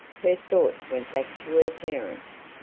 her thoughts went back to her parents.